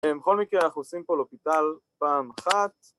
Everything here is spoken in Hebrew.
בכל מקרה אנחנו עושים פה לופיטל פעם אחת